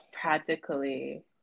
Practically